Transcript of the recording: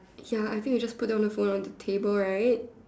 ya I think we just put down the phone on the table right